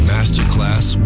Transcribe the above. Masterclass